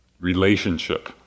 relationship